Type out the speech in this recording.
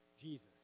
Jesus